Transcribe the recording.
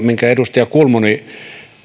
minkä edustaja kulmuni